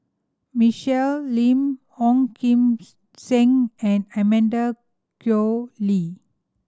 Michelle Lim Ong Kim Seng and Amanda Koe Lee